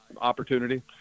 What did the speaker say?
opportunity